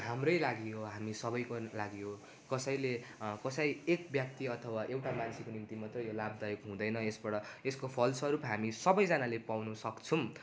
हाम्रै लागि हो हामी सबैको लागि हो कसैले कसै एक व्यक्ति अथवा एउटा मान्छेको निम्ति मात्रै यो लाभदायक हुँदैन यसबाट यसको फलस्वरूप हामी सबैजनाले पाउन सक्छौँ